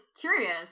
curious